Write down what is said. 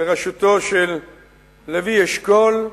בראשותו של לוי אשכול,